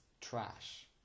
trash